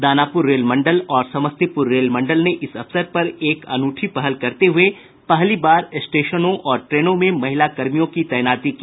Danapur rail मंडल और Samastipur rail मंडल ने इस अवसर पर एक अनूठी पहल करते हुए पहली बार स्टेशनों और ट्रेनों में महिला कर्मियों की तैनाती की